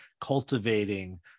cultivating